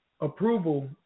approval